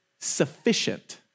sufficient